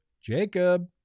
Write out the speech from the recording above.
Jacob